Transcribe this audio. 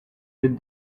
with